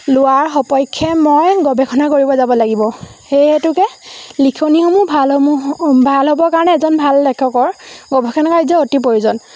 লোৱাৰ সপক্ষে মই গৱেষণা কৰিব যাব লাগিব সেই হেতুকে লিখনিসমূহ ভালসমূহ ভাল হ'বৰ কাৰণে এজন ভাল লেখকৰ গৱেষণা কাৰ্য অতি প্ৰয়োজন